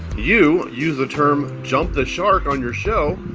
you used the term jump the shark on your show.